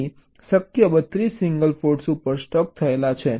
તેથી ત્યાં શક્ય 32 સિંગલ ફૉલ્ટ્ ઉપર સ્ટક થયેલા છે